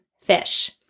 fish